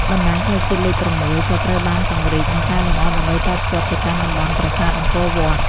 បណ្តាញផ្លូវជាតិលេខ ៦ ក៏ត្រូវបានពង្រីក និងកែលម្អដើម្បីតភ្ជាប់ទៅកាន់តំបន់ប្រាសាទអង្គរវត្ត។